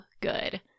good